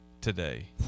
today